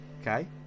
Okay